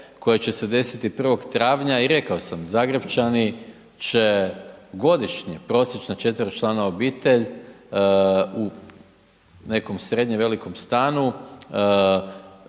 koje će se desiti 1. travnja i rekao sam Zagrepčani će godišnje, prosječno četveročlana obitelj u nekom srednje velikom stanu